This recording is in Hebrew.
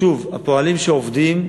שוב, הפועלים שעובדים.